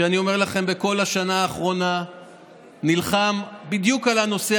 שאני אומר לכם שבכל השנה האחרונה נלחם בדיוק על הנושא